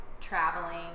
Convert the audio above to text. traveling